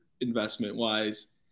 investment-wise